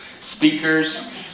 speakers